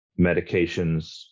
medications